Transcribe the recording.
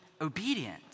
obedient